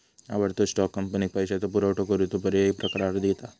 आवडतो स्टॉक, कंपनीक पैशाचो पुरवठो करूचो पर्यायी प्रकार दिता